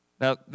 Now